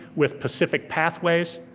with pacific pathways,